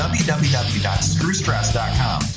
www.screwstress.com